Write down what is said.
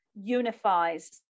unifies